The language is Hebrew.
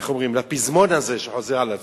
לא,